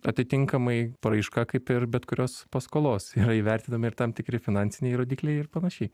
atitinkamai paraiška kaip ir bet kurios paskolos yra įvertinami ir tam tikri finansiniai rodikliai ir panašiai